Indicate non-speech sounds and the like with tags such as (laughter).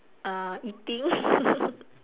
uh eating (laughs)